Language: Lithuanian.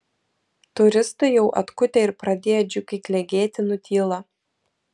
turistai jau atkutę ir pradėję džiugiai klegėti nutyla